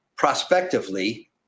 prospectively